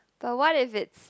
but what if it's